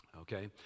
okay